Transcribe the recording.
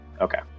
okay